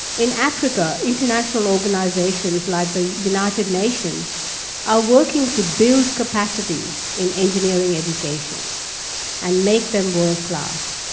in africa, international organisations like the united nations are working to build capacity in engineering education and make them world class.